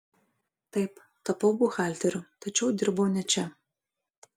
taip tapau buhalteriu tačiau dirbau ne čia